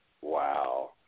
Wow